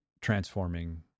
transforming